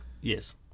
Yes